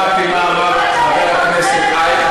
אם שמעתי מה אמר חבר הכנסת אייכלר